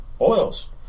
oils